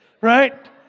Right